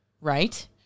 right